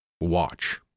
watch